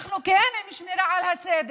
אנחנו כן עם שמירה על הסדר,